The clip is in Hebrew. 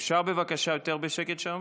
אפשר, בבקשה, יותר בשקט שם?